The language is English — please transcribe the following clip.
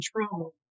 control